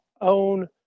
own